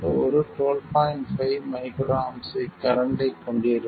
5 μA current ஐக் கொண்டிருக்கும்